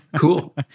Cool